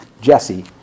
Jesse